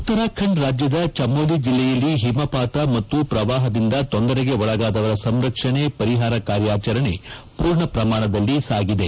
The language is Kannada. ಉತ್ತರಖಂಡ ರಾಜ್ಲದ ಚಮೋಲಿ ಜಿಲ್ಲೆಯಲ್ಲಿ ಹಿಮಪಾತ ಮತ್ತು ಪ್ರವಾಹದಿಂದ ತೊಂದರೆಗೆ ಒಳಗಾಗಿದವರ ಸಂರಕ್ಷಣೆ ಪರಿಹಾರ ಕಾರ್ಯಾಚರಣೆ ಪೂರ್ಣ ಪ್ರಮಾಣದಲ್ಲಿ ಸಾಗಿದೆ